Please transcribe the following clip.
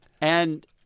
And-